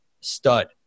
stud